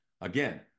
Again